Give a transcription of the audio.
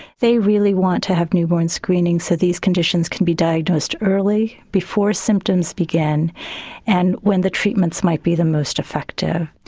they really want to have newborn screenings so these conditions can be diagnosed early, before symptoms begin and when the treatments might be the most effective.